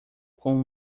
com